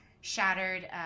Shattered